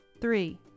Three